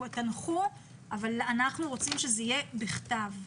תנחו אבל אנחנו רוצים שזה יהיה בכתב.